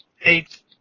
eight